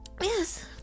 Yes